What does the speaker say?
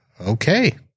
Okay